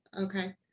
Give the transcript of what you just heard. Okay